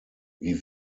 wie